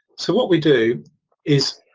so what we do is,